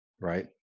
right